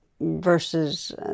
versus